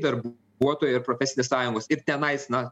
darbuotojai ir profesinės sąjungos ir tenais na